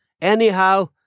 Anyhow